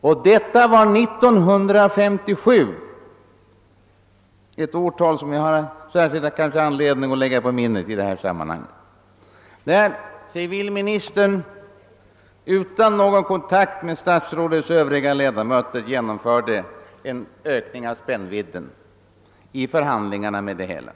Det var år 1957 — ett årtal som jag kanske har särskild anledning att lägga på minnet i detta sammanhang — som dåvarande civilministern utan någon kontakt med statsrådets övriga ledamöter vid förhandlingarna genomförde en ökning av spännvidden.